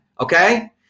Okay